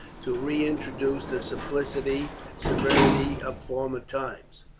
to reintroduce the simplicity and severity of former times.